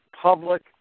public